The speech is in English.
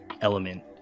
element